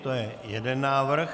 To je jeden návrh.